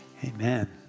Amen